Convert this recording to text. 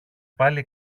πάλι